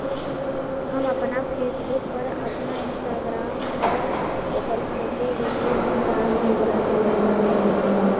हम आपना फेसबुक पर, आपन इंस्टाग्राम पर ओकर फोटो, वीडीओ कुल डाल के ओकरा के प्रचार कर सकेनी